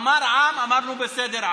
אמר "עם" אמרנו: בסדר,